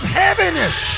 heaviness